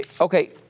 Okay